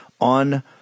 on